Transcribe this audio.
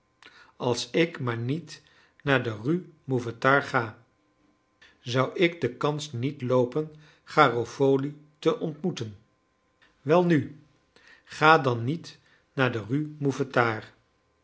als ik maar niet naar de rue mouffetard ga zou ik de kans niet loopen garofoli te ontmoeten welnu ga dan niet naar de rue mouffetard